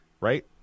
right